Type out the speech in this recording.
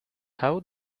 how